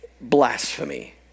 blasphemy